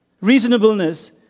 Reasonableness